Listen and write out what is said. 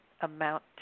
amount